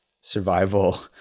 survival